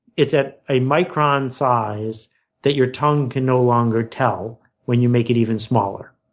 it's at a micron size that your tongue can no longer tell when you make it even smaller.